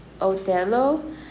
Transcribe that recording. Othello